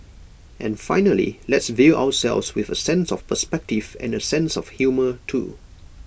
and finally let's view ourselves with A sense of perspective and A sense of humour too